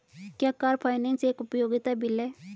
क्या car finance एक उपयोगिता बिल है?